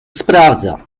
sprawdza